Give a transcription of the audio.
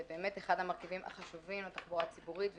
זה באמת אחד המרכיבים החשובים התחבורה הציבורית.